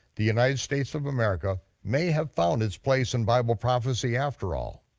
the united states of america may have found its place in bible prophecy after all.